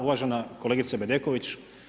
Uvažena kolegice Bedeković.